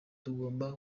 tugomba